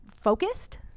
focused